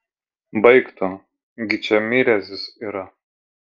baik tu gi čia mirezis yra